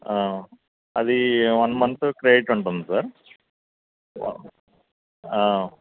అది one month credit ఉంటుంది sir